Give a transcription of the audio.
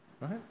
right